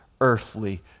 earthly